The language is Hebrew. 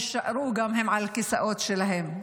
יישארו גם הם על הכיסאות שלהם.